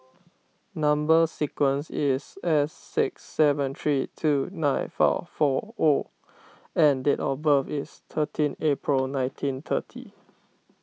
Number Sequence is S six seven three two nine five four O and date of birth is thirteen April nineteen thirty